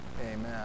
Amen